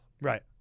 Right